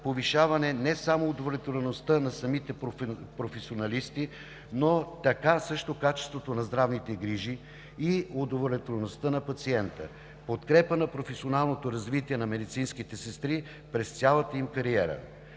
повишава не само удовлетвореността на самите професионалисти, но така също качеството на здравните грижи и удовлетвореността на пациента; подкрепа на професионалното развитие на медицинските сестри през цялата им кариера.